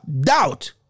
doubt